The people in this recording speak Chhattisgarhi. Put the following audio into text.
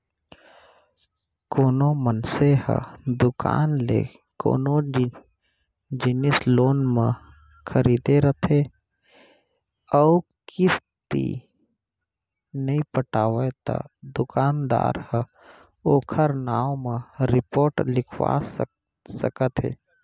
कोनो मनसे ह दुकान ले कोनो जिनिस लोन म खरीदे रथे अउ किस्ती नइ पटावय त दुकानदार ह ओखर नांव म रिपोट लिखवा सकत हे